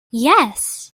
yes